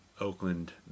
Oakland